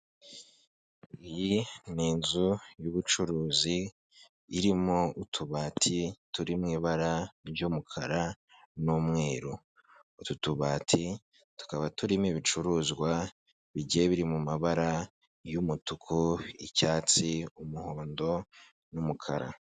Iyi ni inzu y'ubucuruzi irimo utubati turi mu ibara ry'umukara n'umweru, utu tubati tukaba turimo ibicuruzwa bigiye biri mu mabara y'umutuku, icyatsi, umuhondo n'umukara.